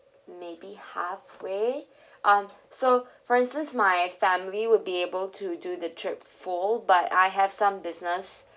maybe halfway um so for instance my family would be able to do the trip full but I have some business